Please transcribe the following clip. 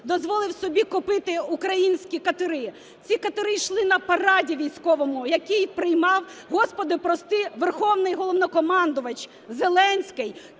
дозволив собі купити українські катери. Ці катери йшли на параді військовому, який приймав, Господи прости, Верховний Головнокомандувач Зеленський